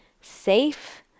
safe